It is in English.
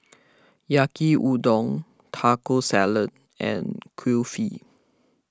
Yaki Udon Taco Salad and Kulfi